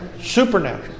Supernatural